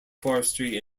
forestry